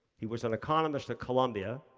he was an economist at colombia,